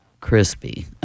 crispy